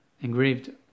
engraved